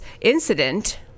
incident